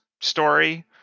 story